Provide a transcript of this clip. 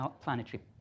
planetary